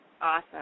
Awesome